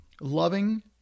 loving